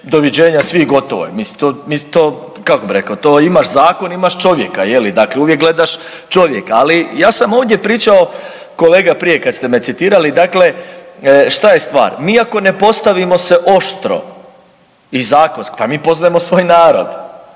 to, mislim to, kako bi rekao, imaš zakon, imaš čovjeka, je li dakle uvijek gledaš čovjeka. Ali ja sam ovdje pričao kolega prije kad ste me citirali, dakle šta je stvar? Mi ako se ne postavimo oštro i zakon, pa mi poznajemo svoj narod,